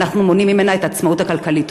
ואנחנו מונעים ממנה את העצמאות הכלכלית.